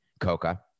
Coca